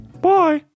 Bye